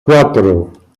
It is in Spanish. cuatro